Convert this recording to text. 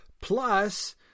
Plus